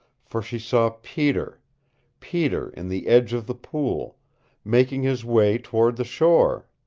for she saw peter peter in the edge of the pool making his way toward the shore!